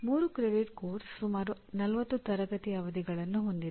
3 credit ಪಠ್ಯಕ್ರಮ ಸುಮಾರು 40 ತರಗತಿ ಅವಧಿಗಳನ್ನು ಹೊಂದಿದೆ